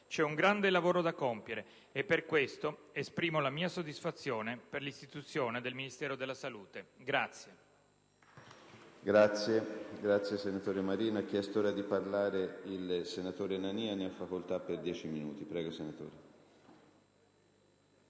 C'è un grande lavoro da compiere, e per questo esprimo la mia soddisfazione per l'istituzione del Ministero della salute.